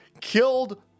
Killed